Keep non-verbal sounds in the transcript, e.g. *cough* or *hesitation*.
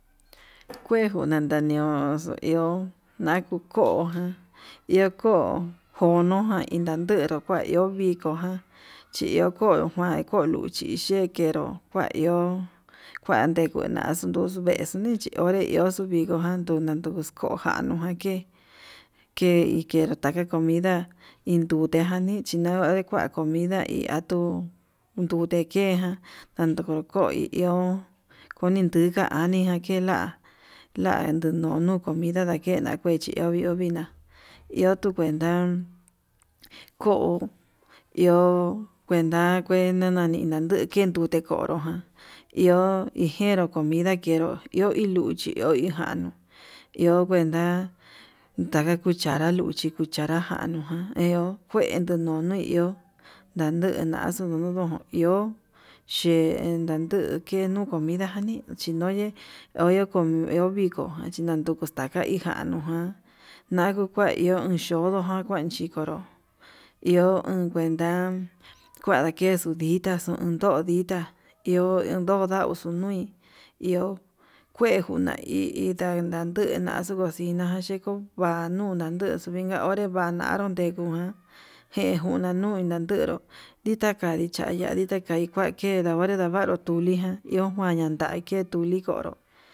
Kue kutandaniuxu iho naku ko'o jan iho ko'o konojan inanderu kua iho viko jan, chi iho ko'o nguan ko'o luchi ye'e kenro njua iho kua ndekunaxu vexu nonre dichi onre ndioxo, vingox jan kuu naku kujanuján nake ke ikata comida indute jani chinga iin kua na'a comida atuu ndute keján ndanduko ko'o hi iho, koni tuka anika kee la'a, la'a ndununu comida ndakena chi ho iho kuina iho tuu kuenta ko'o kuenta nani nduu kendute konro ján iho ijenro comida njenro iho hi luchi iho hi njanuu, iho kuenta taka cuchara luchi cuchara janu ján ehu kuente nunu iho ndandu naxuu no iho xhe ndandu kenu comida jani chinoye, ioyo ko iho viko chinaduku taka ijanujan nakuu kua iho xhodo janchikonro iho kuenta kua ndakexu dita xondo ditá, *unintelligible* iho n *hesitation* uxu nui iho kuenta hi na ndandu na'a xuu cosina xheko kua nuu naduxu ika, onre vanaru ndeko njuan ndinda chunre ngueyo nditandi chaya nditakai kue nda onré ndavyu tundijan iho kua ndanta tuyi konró.